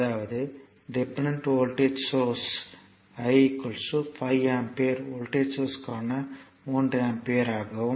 அதாவது dependent voltage சோர்ஸ்யின் I 5 ampere வோல்ட்டேஜ்க்கான 3 வோல்ட் ஆகும்